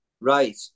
right